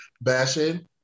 bashing